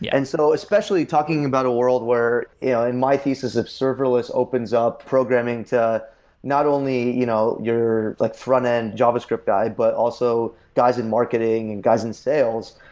and so especially talking about a world where, in my thesis, if serverless opens up programming to not only you know your like front-end java script dive, but also guys in marketing, and guys in sales,